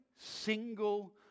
single